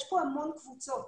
יש פה המון קבוצות.